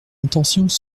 intentions